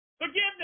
forgiveness